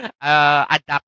adapt